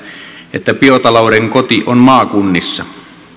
että biotalouden koti on maakunnissa